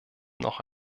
noch